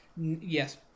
yes